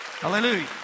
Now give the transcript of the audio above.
Hallelujah